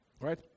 Right